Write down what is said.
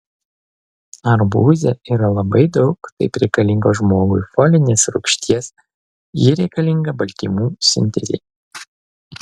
arbūze yra labai daug taip reikalingos žmogui folinės rūgšties ji reikalinga baltymų sintezei